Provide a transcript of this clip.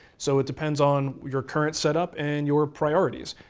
so it depends on your current setup and your priorites.